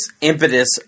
impetus